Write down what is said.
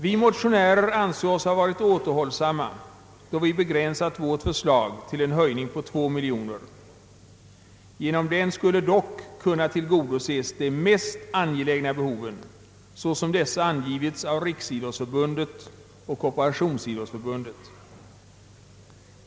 Vi motionärer anser oss ha varit återhållsamma då vi begränsat vårt förslag till en höjning på 2 miljoner kronor. Genom en sådan höjning skulle dock kunna tillgodoses de mest angelägna behoven sådana dessa angivits av Riksidrottsförbundet och =:Korporationsidrottsförbundet.